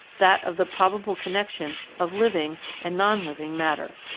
that of the probable connection of living and non-living matter.